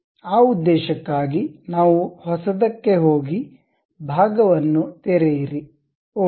ಆ ಉದ್ದೇಶಕ್ಕಾಗಿ ನಾವು ಹೊಸದಕ್ಕೆ ಹೋಗಿ ಭಾಗವನ್ನು ತೆರೆಯಿರಿ ಓಕೆ